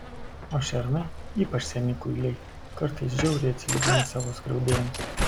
o šernai ypač seni kuiliai kartais žiauriai atsilygina savo skriaudėjams